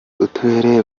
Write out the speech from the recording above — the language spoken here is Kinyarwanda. uturere